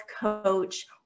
coach